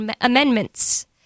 amendments